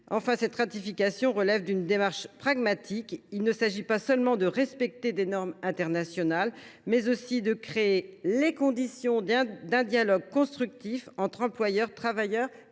! Cette ratification relève d’une démarche pragmatique : il s’agit non seulement de respecter des normes internationales, mais aussi de créer les conditions d’un dialogue constructif entre employeurs, travailleurs et